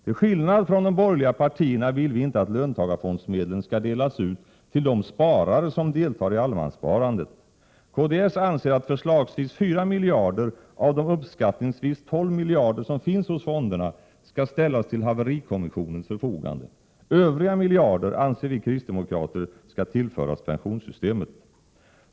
Till skillnad från de borgerliga partierna vill vi inte att löntagarfondsmedlen skall delas ut till de sparare som deltar i allemanssparandet. Kds anser att förslagsvis 4 miljarder av de uppskattningsvis 12 miljarder som finns hos fonderna skall ställas till haverikommissionens förfogande. Övriga miljarder anser vi kristdemokrater skall tillföras pensionssystemet.